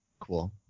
cool